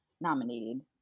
nominated